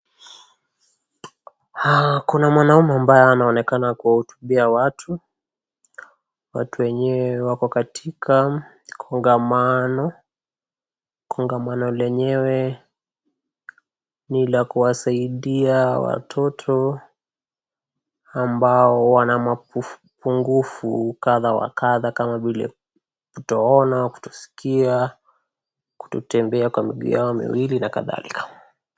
Kuna mwanaume ambaye anaonekana kuwahutubia watu. Watu wenyewe wako katika kongamano, kongamano lenyewe ni la kuwasaidia watoto ambao wana mapungufu kadha kadha kama vile kutoona, kutosikia, kutotembea na miguu yao miwili na kadhalika.